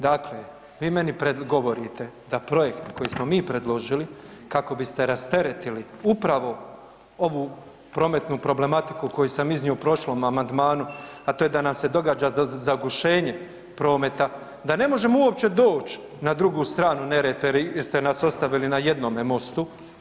Dakle, vi meni govorite da projekt koji smo mi predložili kako biste rasteretili upravo ovu prometnu problematiku koju sam iznio u prošlom amandmanu, a to je da nam se događa zagušenje prometa, da ne možemo uopće doć na drugu stranu Neretve jer ste nas ostavili na jednome mostu.